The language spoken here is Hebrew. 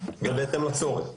ובהתאם לצורך.